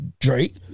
Drake